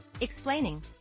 Explaining